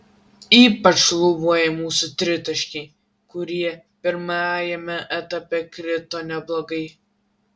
ypač šlubuoja mūsų tritaškiai kurie pirmajame etape krito neblogai